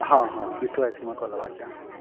हँ हँ बिट्ठो हाइ इस्कुलमे कऽ लेबाक यए